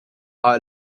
are